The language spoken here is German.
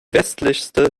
westlichste